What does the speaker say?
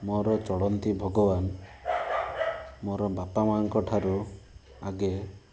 ମୋର ଚଳନ୍ତି ଭଗବାନ ମୋର ବାପାମାଙ୍କ ଠାରୁ ଆଗେ